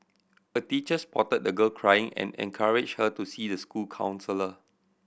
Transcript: a teacher spotted the girl crying and encouraged her to see the school counsellor